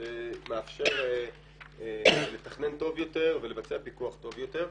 שמאפשר לתכנן טוב יותר ולבצע פיקוח טוב יותר.